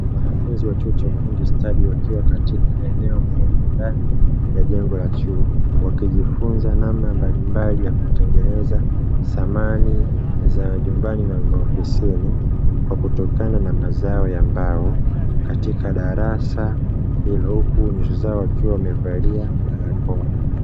Wanafunzi wa chuo cha ufundi stadi wakiwa katika eneo maalumu ndani ya jengo la chuo , wakijifunza namna mbalimbali zya kutengeneza samani za nyumbani na maofisini kwa kutokana na mazao ya mbao katika darasa hilo ,huku nyuzi zao wakiwa wamevalia barakoa.